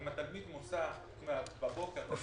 אם התלמיד מוסע בבוקר, הוא